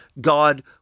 God